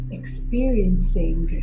experiencing